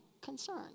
concern